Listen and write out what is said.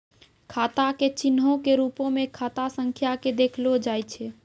खाता के चिन्हो के रुपो मे खाता संख्या के देखलो जाय छै